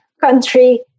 country